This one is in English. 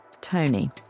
Tony